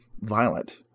violent